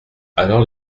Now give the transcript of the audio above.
alors